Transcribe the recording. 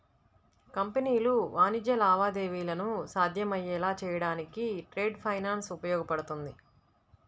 కంపెనీలు వాణిజ్య లావాదేవీలను సాధ్యమయ్యేలా చేయడానికి ట్రేడ్ ఫైనాన్స్ ఉపయోగపడుతుంది